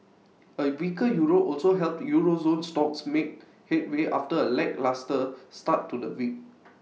A weaker euro also helped euro zone stocks make headway after A lacklustre start to the week